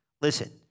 Listen